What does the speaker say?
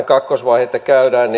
kakkosvaihetta käydään